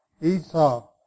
Esau